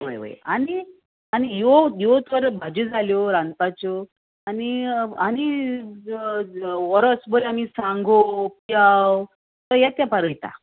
वय वय आनी आनी ह्यो ह्योच तर भाज्यो जाल्यो रांदपाच्यो आनी आनी व्हरस बरें आमी सांगो प्यावपा रोयता